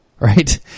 Right